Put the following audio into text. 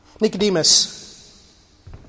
Nicodemus